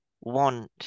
want